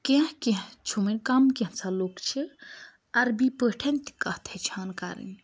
کیٚنٛہہ کیٚنٛہہ چھُ وۄنۍ کَم کینٛژھا لُکھ چھِ عربی پٲٹھۍ تہِ کَتھ ہیٚچھان کَرٕنۍ